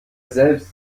selbst